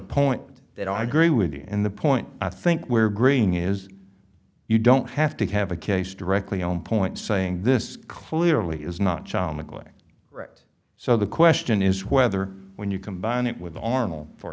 point that i agree with you and the point i think we're bringing is you don't have to have a case directly on point saying this clearly is not going right so the question is whether when you combine it with arnold for